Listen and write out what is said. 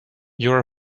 your